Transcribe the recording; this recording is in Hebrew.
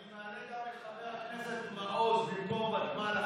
אני מעלה גם את חבר הכנסת מעוז במקום ותמ"ל,